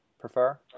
prefer